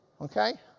Okay